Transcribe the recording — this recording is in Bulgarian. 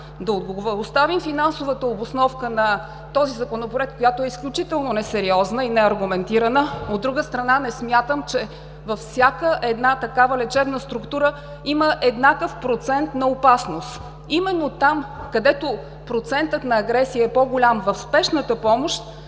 оставим финансовата обосновка на този Законопроект, която е изключително несериозна и неаргументирана. От друга страна, не смятам, че във всяка една такава лечебна структура има еднакъв процент на опасност. Именно там, където процентът на агресия е по-голям – в спешната помощ,